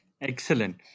Excellent